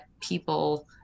people